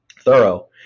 thorough